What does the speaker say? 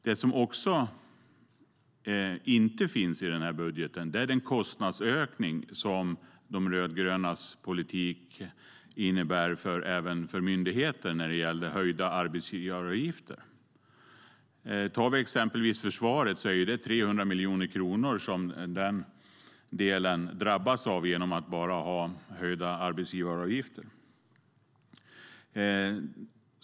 Det som inte finns i budgeten är den kostnadsökning som de rödgrönas politik innebär för myndigheter i fråga om höjda arbetsgivaravgifter. Exempelvis försvaret drabbas av 300 miljoner kronor i höjda arbetsgivaravgifter.